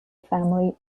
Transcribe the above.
family